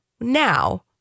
now